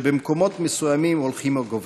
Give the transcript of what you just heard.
שבמקומות מסוימים הולכים וגוברים.